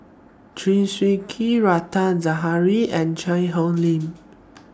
Chew Swee Kee Rita Zahara and Cheang Hong Lim